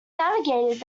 navigated